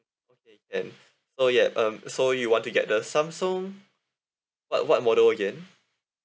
okay then so yup um so you want to get the samsung what what model again